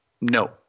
No